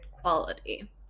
quality